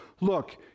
Look